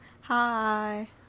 Hi